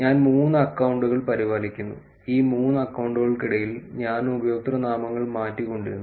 ഞാൻ മൂന്ന് അക്കൌണ്ടുകൾ പരിപാലിക്കുന്നു ഈ മൂന്ന് അക്കൌണ്ടുകൾക്കിടയിൽ ഞാൻ ഉപയോക്തൃനാമങ്ങൾ മാറ്റിക്കൊണ്ടിരിക്കുന്നു